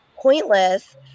pointless